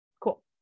Cool